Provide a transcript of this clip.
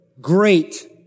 great